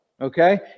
Okay